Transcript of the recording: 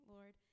Lord